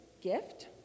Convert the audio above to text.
gift